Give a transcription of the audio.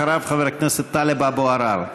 אחריו, חבר הכנסת טלב אבו עראר.